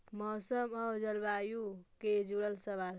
मौसम और जलवायु से जुड़ल सवाल?